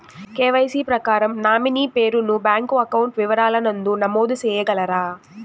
KYC ప్రకారం nominee పేరు ను బ్యాంకు అకౌంట్ వివరాల నందు నమోదు సేయగలరా?